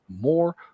more